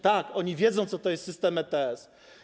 Tak, oni wiedzą, co to jest system ETS.